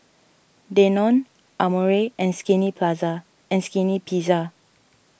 Danone Amore and Skinny Plaza and Skinny Pizza